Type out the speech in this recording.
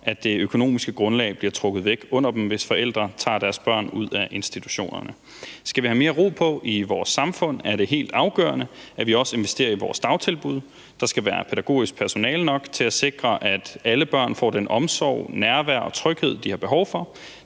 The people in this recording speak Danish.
at det økonomiske grundlag bliver trukket væk under dem, hvis forældre tager deres børn ud af institutionerne. Skal vi have mere ro på i vores samfund, er det helt afgørende, at vi også investerer i vores dagtilbud; der skal være pædagogisk personale nok til at sikre, at alle børn får den omsorg, det nærvær og den tryghed, de har behov for,